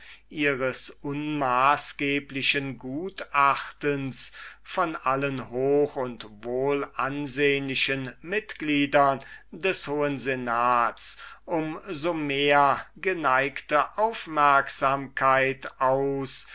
ihres untertänigsten und unmaßgeblichen gutachtens von allen hoch und wohlansehnlichen mitgliedern des hohen senats um so mehr geneigte aufmerksamkeit aus